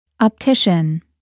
Optician